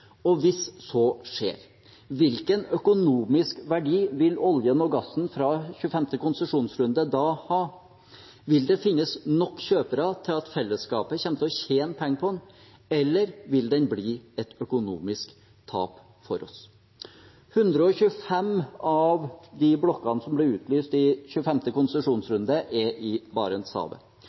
Og hvis så skjer: Hvilken økonomisk verdi vil oljen og gassen fra 25. konsesjonsrunde da ha? Vil det finnes nok kjøpere til at fellesskapet kommer til å tjene penger på det, eller vil det bli et økonomisk tap for oss? Av de blokkene som ble utlyst i 25. konsesjonsrunde, er 125 i Barentshavet.